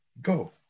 go